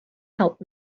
help